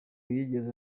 yigeze